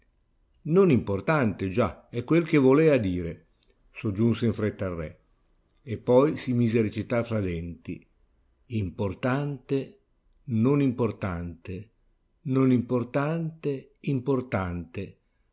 parlava non importante già è quel che volea dire soggiunse in fretta il re e poi si mise a recitar fra denti importante non importante non importante importante come che